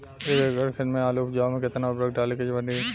एक एकड़ खेत मे आलू उपजावे मे केतना उर्वरक डाले के पड़ी?